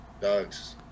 dogs